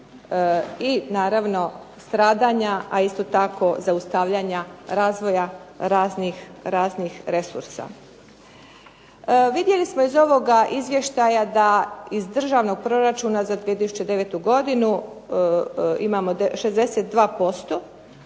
i naravno stradanja, a isto tako zaustavljanja razvoja raznih resursa. Vidjeli smo iz ovoga izvještaja da iz državnog proračuna za 2009. godinu imamo 62%,